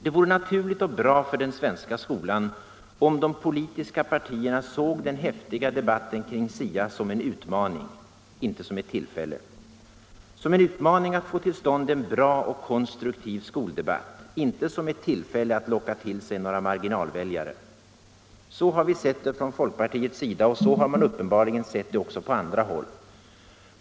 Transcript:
Det vore naturligt och bra för den svenska skolan om de politiska partierna såg den häftiga debatten kring SIA som en utmaning att få till stånd en bra och konstruktiv skoldebatt, inte som ett tillfälle att locka till sig några marginalväljare. Så har vi sett det från folkpartiets sida, och så har man uppenbarligen sett det också på andra håll.